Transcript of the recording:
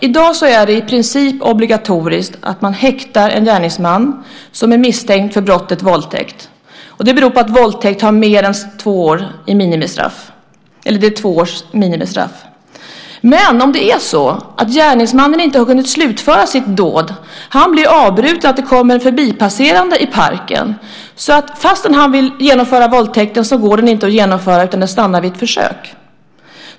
I dag är det i princip obligatoriskt att man häktar en gärningsman som är misstänkt för brottet våldtäkt. Det beror på att det är ett minimistraff på två år för våldtäkt. Men låt oss säga att gärningsmannen inte har hunnit slutföra sitt dåd. Han blir avbruten av att det kommer en förbipasserande i parken. Fastän han vill genomföra våldtäkten går den inte att genomföra, utan det stannar vid ett försök.